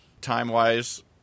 time-wise